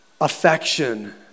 affection